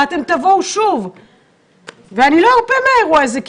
אתם תבואו שוב ואני לא ארפה מהאירוע הזה.